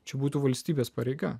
čia būtų valstybės pareiga